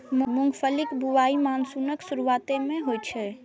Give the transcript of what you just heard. मूंगफलीक बुआई मानसूनक शुरुआते मे होइ छै